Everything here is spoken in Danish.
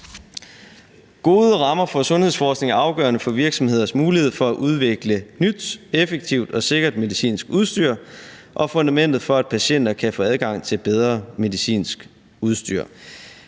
Gode rammer for sundhedsforskning er afgørende for virksomheders mulighed for at udvikle nyt, effektivt og sikkert medicinsk udstyr og er fundamentet for, at patienter kan få adgang til bedre medicinsk udstyr.